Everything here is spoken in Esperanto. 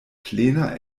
plena